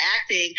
acting